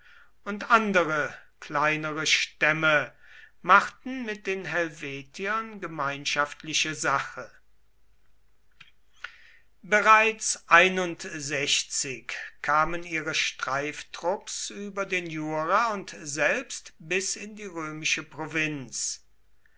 und andere kleinere stämme machten mit den helvetiern gemeinschaftliche sache bereits kamen ihre streiftrupps über den jura und selbst bis in die römische provinz